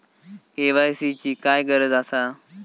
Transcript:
KYC ची काय गरज आसा?